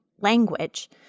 language